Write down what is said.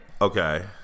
Okay